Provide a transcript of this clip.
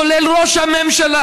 כולל ראש הממשלה,